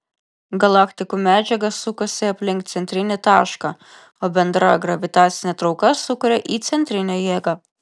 galaktikų medžiaga sukasi aplink centrinį tašką o bendra gravitacinė trauka sukuria įcentrinę jėgą